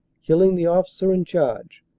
killing the officer in charge,